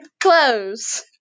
Clothes